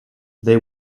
they